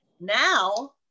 Now